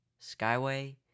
Skyway